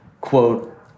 Quote